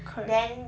correct